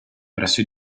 presso